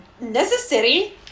necessary